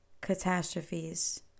catastrophes